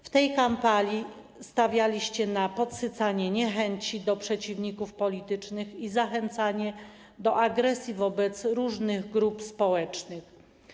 W tej kampanii stawialiście na podsycanie niechęci do przeciwników politycznych i zachęcanie do agresji wobec różnych grup społecznych.